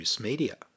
Media